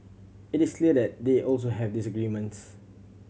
it is clear that they also have disagreements